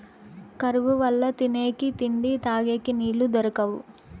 కరువు వల్ల తినేకి తిండి, తగేకి నీళ్ళు దొరకవు